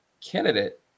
candidate